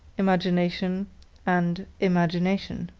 imagination and imagination.